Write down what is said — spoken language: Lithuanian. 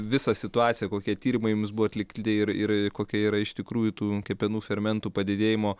visą situaciją kokie tyrimai jums buvo atlikti ir ir kokia yra iš tikrųjų tų kepenų fermentų padidėjimo